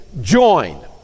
join